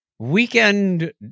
weekend